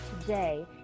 today